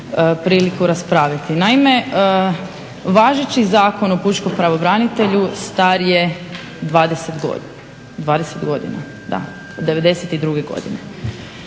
priliku raspraviti. Naime, važeći Zakon o pučkom pravobranitelju star je 20 godina, 20 godina